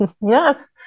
Yes